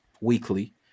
weekly